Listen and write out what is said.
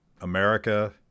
America